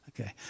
Okay